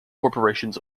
corporations